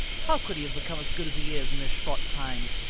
how could he have become as good as he is in this short time?